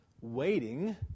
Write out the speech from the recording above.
waiting